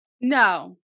No